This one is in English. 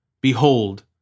behold